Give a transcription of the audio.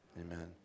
Amen